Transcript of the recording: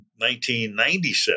1997